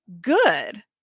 good